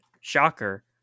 shocker